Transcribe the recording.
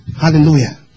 Hallelujah